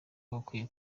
bakwiye